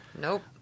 nope